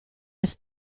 his